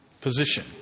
position